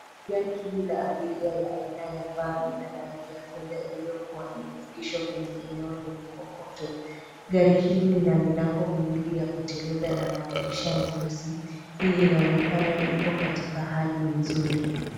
Gari hili la abiria la aina ya van lina rangi ya fedha iliyokuwa limeegeshwa kwenye eneo lenye kokoto . Gari hili lina milango miwili ya kuteleza na madirisha meusi. Hii inaonekana iko katika hali nzuri.